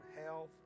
health